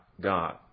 God